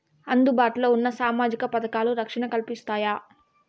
అందుబాటు లో ఉన్న సామాజిక పథకాలు, రక్షణ కల్పిస్తాయా?